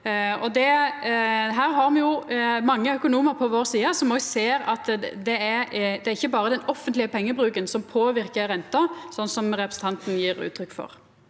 Her har me mange økonomar på vår side som ser at det ikkje berre er den offentlege pengebruken som påverkar renta, slik representanten gjev uttrykk for.